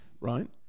Right